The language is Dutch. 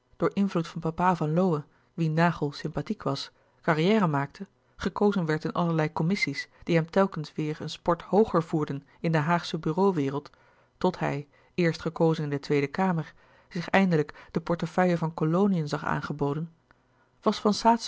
door invloed van papa van lowe wien van naghel sympathiek was carrière maakte gekozen werd in allerlei commissie's die hem telkens weêr een sport hooger voerden in de haagsche bureau wereld tot hij eerst gekozen in de tweede kamer zich eindelijk de portefeuille van koloniën zag aangeboden was van